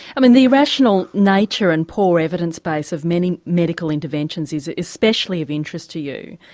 um and the irrational nature and poor evidence base of many medical interventions is especially of interest to you,